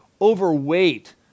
overweight